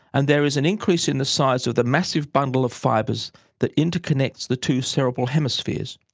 and there is an increase in the size of the massive bundle of fibres that interconnects the two cerebral hemispheres,